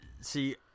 See